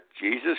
Jesus